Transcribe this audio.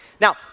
Now